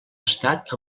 estat